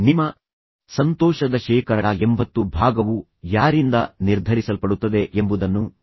ನಿಮ್ಮ ಸಂತೋಷದ ಶೇಕಡ ಎಂಭತ್ತು ಭಾಗವು ಯಾರಿಂದ ನಿರ್ಧರಿಸಲ್ಪಡುತ್ತದೆ ಎಂಬುದನ್ನು ನಾನು ಉಲ್ಲೇಖಿಸಿದ್ದೇನೆ